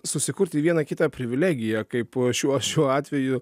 susikurti vieną kitą privilegiją kaip šiuo šiuo atveju